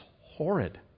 horrid